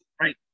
Right